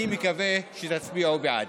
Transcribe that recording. אני מקווה שתצביעו בעד.